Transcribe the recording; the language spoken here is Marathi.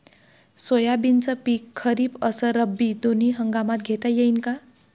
सोयाबीनचं पिक खरीप अस रब्बी दोनी हंगामात घेता येईन का?